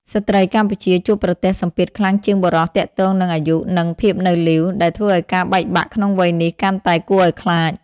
ស្ត្រីកម្ពុជាជួបប្រទះសម្ពាធខ្លាំងជាងបុរសទាក់ទងនឹង "អាយុ" និង "ភាពនៅលីវ" ដែលធ្វើឱ្យការបែកបាក់ក្នុងវ័យនេះកាន់តែគួរឱ្យខ្លាច។